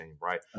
right